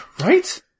right